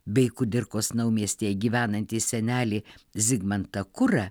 bei kudirkos naumiestyje gyvenantį senelį zigmantą kurą